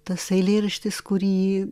tas eilėraštis kurį ji